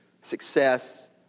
Success